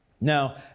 Now